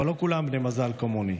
אבל לא כולם בני מזל כמוני.